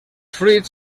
fruits